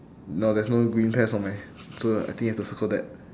no there's no green pears on my so I think you have to circle that